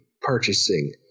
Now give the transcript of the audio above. purchasing